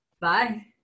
Bye